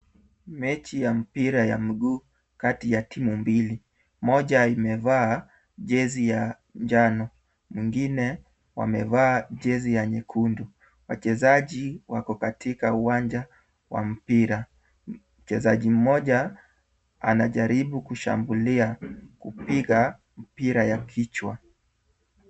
Mechi ya mpira ya miguu kati ya timu mbili. Moja imevaa jezi ya njano, wengine wamevaa jezi ya nyekundu. Wachezaji wako katika uwanja wa mpira. Mchezaji mmoja anajaribu kushambulia kupiga mpira ya kichwa.